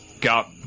got